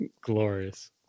Glorious